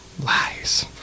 lies